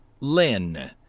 Lynn